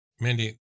Mandy